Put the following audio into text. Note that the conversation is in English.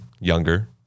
younger